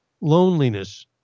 loneliness